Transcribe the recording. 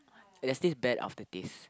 there's this bad aftertaste